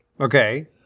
Okay